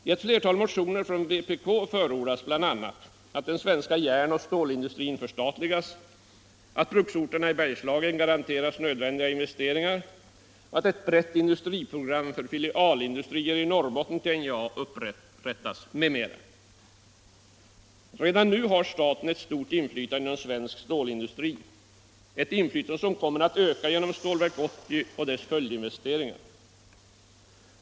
I ett flertal motioner från vpk förordas bl.a. att den svenska järnoch stålindustrin förstatligas, att bruksorterna i Bergslagen garanteras nödvändiga investeringar och att ett brett industriprogram för filialindustrier till NJA i Norrbotten upprättas m.m. Redan nu har staten ett stort inflytande inom svensk stålindustri, ett inflytande som kommer att öka genom Stålverk 80 och dess följdinvesteringar.